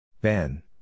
Ben